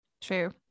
True